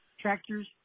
Tractors